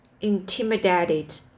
intimidated